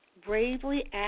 Bravely